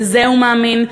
בזה הוא מאמין,